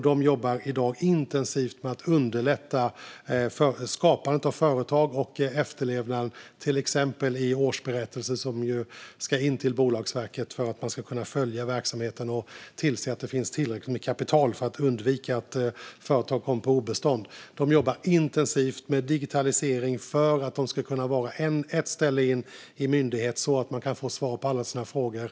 De jobbar i dag intensivt med att underlätta skapande av företag och efterlevnad av regler och till exempel vad gäller årsberättelser, som ju ska in till Bolagsverket för att man ska kunna följa verksamheten och tillse att det finns tillräckligt med kapital för att undvika att företag kommer på obestånd. De jobbar intensivt med digitalisering, så att man ska kunna få svar på alla sina frågor.